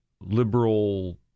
liberal